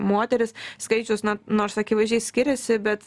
moterys skaičius na nors akivaizdžiai skiriasi bet